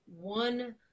one